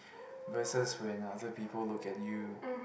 versus when other people look at you